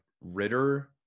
Ritter